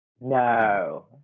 No